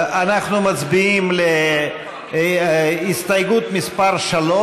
אנחנו מצביעים על הסתייגות מס' 3,